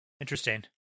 interesting